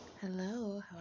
Hello